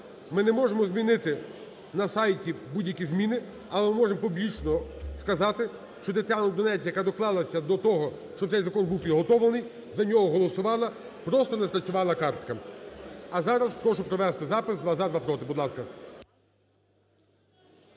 Ми не можемо змінити а сайті будь-які зміни, але ми можемо публічно сказати, що Тетяну Донець, яка доклалася до того, щоб цей закон був підготовлений, за нього голосувала, просто не спрацювала картка. А зараз прошу провести запис: два – за, два – проти. Будь ласка.